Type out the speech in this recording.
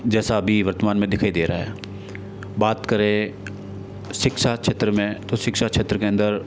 जैसा अभी वर्तमान में दिखाई दे रहा है बात करें शिक्षा क्षेत्र में तो शिक्षा क्षेत्र के अंदर